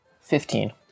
Fifteen